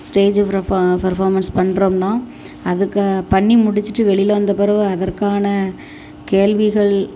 stage perform performance பண்ணுறோம்னா அதுக்கு பண்ணி முடிச்சிட்டு வெளியில் வந்த பிறகு அதற்கான கேள்விகள்